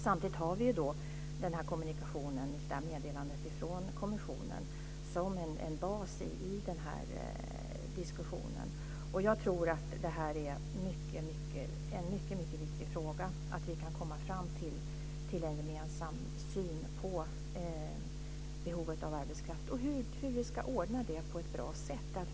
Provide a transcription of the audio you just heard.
Samtidigt har vi en kommunikation i form av meddelanden från kommissionen som en bas för diskussionen. Jag tror att detta är en mycket viktig fråga, att vi kan komma fram till en gemensam syn på behovet av arbetskraft och hur man ska tillgodose det på ett bra sätt.